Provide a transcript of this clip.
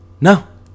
No